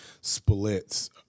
splits